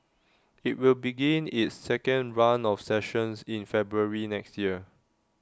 IT will begin its second run of sessions in February next year